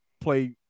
play